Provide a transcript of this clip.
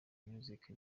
music